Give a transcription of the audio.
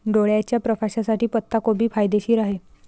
डोळ्याच्या प्रकाशासाठी पत्ताकोबी फायदेशीर आहे